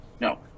No